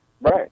Right